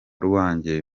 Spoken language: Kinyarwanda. rwanjye